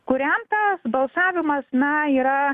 kuriam tas balsavimas na yra